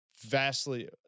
vastly